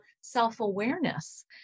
self-awareness